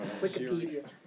Wikipedia